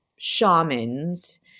shamans